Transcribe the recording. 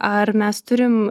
ar mes turim